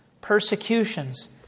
persecutions